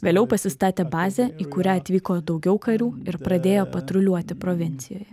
vėliau pasistatė bazę į kurią atvyko daugiau karių ir pradėjo patruliuoti provincijoje